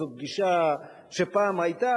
זו גישה שפעם היתה,